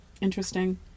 Interesting